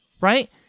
right